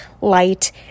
light